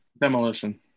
Demolition